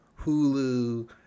Hulu